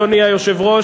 אדוני היושב-ראש,